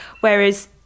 whereas